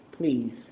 please